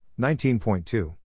19.2